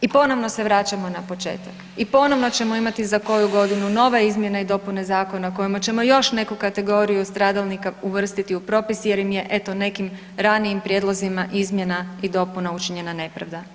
I ponovno se vraćamo na početak i ponovno ćemo imati za koju godinu nove izmjene i dopune zakona kojima ćemo još neku kategoriju stradalnika uvrstiti u propis jer im je eto nekim ranijim prijedlozima izmjena i dopuna učinjena nepravda.